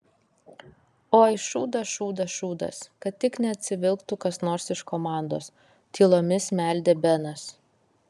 oi šūdas šūdas šūdas kad tik neatsivilktų kas nors iš komandos tylomis meldė benas